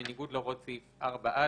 בניגוד להוראות סעיף 4א,